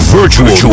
Virtual